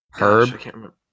Herb